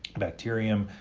bacterium,